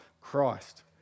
Christ